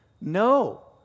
no